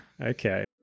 Okay